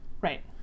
right